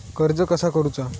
कर्ज कसा करूचा?